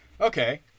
Okay